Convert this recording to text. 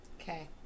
Okay